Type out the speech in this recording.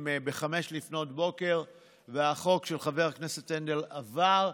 ב-05:00 והחוק של חבר הכנסת האוזר עבר,